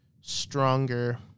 stronger